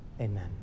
Amen